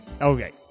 Okay